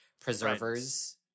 preservers